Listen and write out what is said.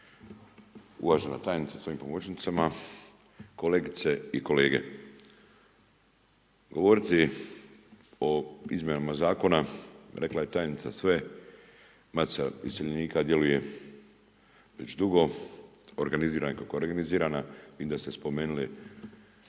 Uvažena tajnice sa svojim pomoćnicama, kolegice i kolege. Govoriti o izmjenama zakona, rekla je tajnica sve, Matica iseljenika djeluje već dugo, organizirana je kako je organizirana i da ste spomenuli